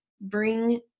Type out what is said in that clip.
bring